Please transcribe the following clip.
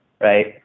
right